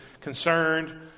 concerned